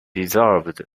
resolved